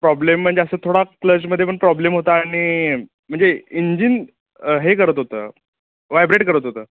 problem म्हणजे असं थोडा क्लचमध्ये पण प्रॉब्लेम होता आणि म्हणजे इंजिन हे करत होतं वायब्रेट करत होतं